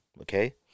okay